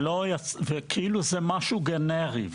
וכאילו זה משהו גנרי.